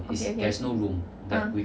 okay okay uh